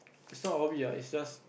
not a hobby is just